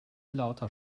lauter